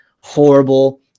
Horrible